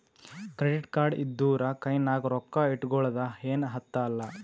credit card ಇದ್ದೂರ ಕೈನಾಗ್ ರೊಕ್ಕಾ ಇಟ್ಗೊಳದ ಏನ್ ಹತ್ತಲಾ